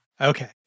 Okay